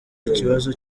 ikibazo